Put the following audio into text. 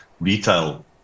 Retail